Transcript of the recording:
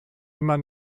immer